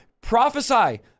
prophesy